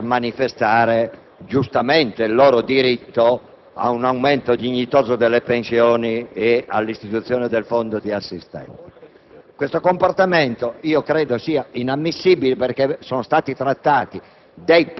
alcuni pensionati intendevano avvicinarsi a Palazzo Chigi per manifestare - giustamente è loro diritto - per un aumento dignitoso delle pensioni e per l'istituzione del fondo di assistenza.